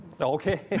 Okay